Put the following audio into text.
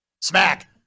Smack